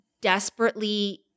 desperately